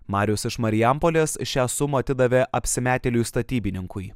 marius iš marijampolės šią sumą atidavė apsimetėliui statybininkui